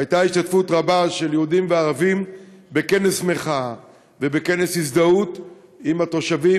הייתה השתתפות רבה של יהודים וערבים בכנס מחאה ובכנס הזדהות עם התושבים,